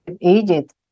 Egypt